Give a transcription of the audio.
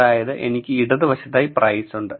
അതായത് എനിക്ക് ഇടതുവശത്തായി പ്രൈസ് ഉണ്ട്